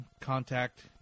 contact